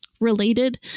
related